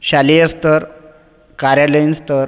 शालेय स्तर कार्यालयीन स्तर